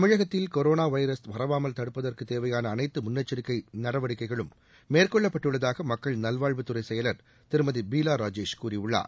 தமிழகத்தில் கொரோனா வராமல் தடுப்பதற்கு தேவையான வைரஸ் அனைத்து முன்னெச்சிக்கை நடவடிக்கைகளும் மேற்கொள்ளப் பட்டுள்ளதாக மக்கள் நல்வாழ்வுத்துறை செயலர் திருமதி பீலா ராஜேஷ் கூறியுள்ளார்